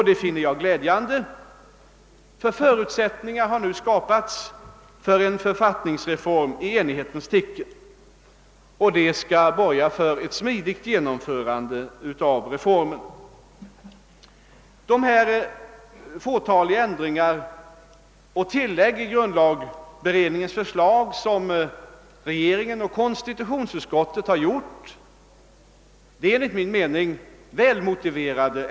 Det finner jag glädjande, därför att förutsättningar nu har skapats för en författningsreform i enighetens tecken, och det borgar för ett smidigt genomförande av reformen. De fåtaliga ändringar och tillägg i grundlagberedningens förslag som regering och konstitutionsutskott gjort är enligt min mening välmotiverade.